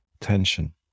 tension